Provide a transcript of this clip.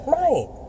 right